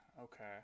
Okay